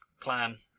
plan